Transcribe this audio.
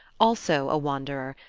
also a wanderer,